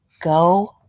Go